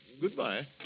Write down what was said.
Goodbye